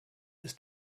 ist